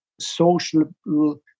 social